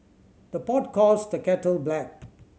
the pot calls the kettle black